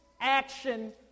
action